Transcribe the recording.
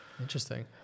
Interesting